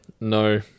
no